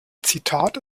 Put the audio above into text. zitate